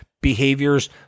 behaviors